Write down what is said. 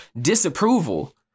disapproval